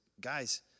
guys